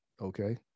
okay